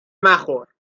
مخور